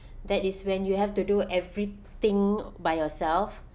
that is when you have to do everything by yourself